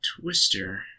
Twister